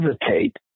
hesitate